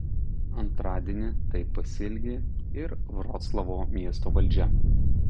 antradienį taip pasielgė ir vroclavo miesto valdžia